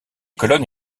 colonnes